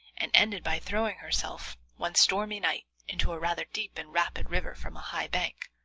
and ended by throwing herself one stormy night into a rather deep and rapid river from a high bank,